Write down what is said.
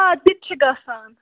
آ تِتہِ چھِ گَژھان